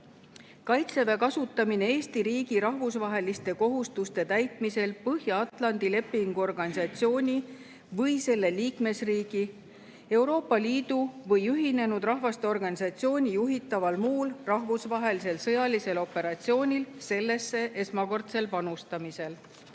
"Kaitseväe kasutamine Eesti riigi rahvusvaheliste kohustuste täitmisel Põhja-Atlandi Lepingu Organisatsiooni või selle liikmesriigi, Euroopa Liidu või Ühinenud Rahvaste Organisatsiooni juhitaval muul rahvusvahelisel sõjalisel operatsioonil sellesse esmakordsel panustamisel".